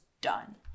done